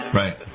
right